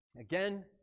again